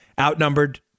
Outnumbered